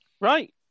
Right